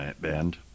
Band